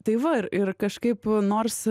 tai va ir ir kažkaip nors